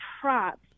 props